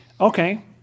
Okay